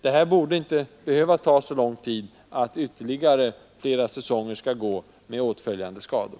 Det borde inte behöva ta så lång tid att utreda detta, att ytterligare flera säsonger måste förflyta med åtföljande skador.